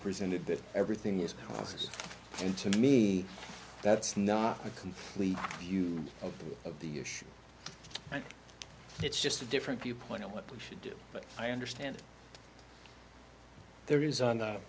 presented that everything is just in to me that's not a complete view of the of the u s and it's just a different viewpoint of what we should do but i understand there is on